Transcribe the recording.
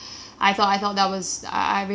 ya um